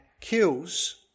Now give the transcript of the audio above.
kills